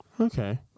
okay